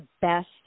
best